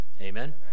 Amen